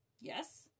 Yes